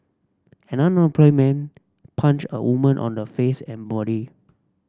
an unemployed man punched a woman on the face and body